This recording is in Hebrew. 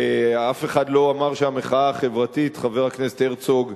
ואף אחד לא אמר שהמחאה החברתית, חבר הכנסת הרצוג,